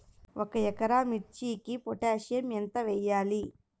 ఒక ఎకరా మిర్చీకి పొటాషియం ఎంత వెయ్యాలి?